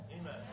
Amen